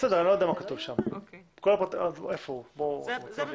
זה לא